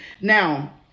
now